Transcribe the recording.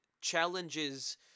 challenges